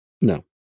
No